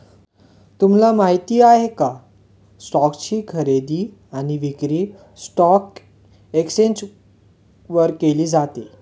तुम्हाला माहिती आहे का? स्टोक्स ची खरेदी आणि विक्री स्टॉक एक्सचेंज वर केली जाते